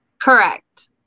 Correct